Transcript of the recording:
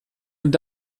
und